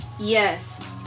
Yes